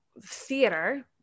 theater